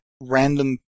random